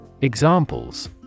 Examples